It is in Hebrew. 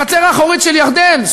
החצר האחורית של ירדן,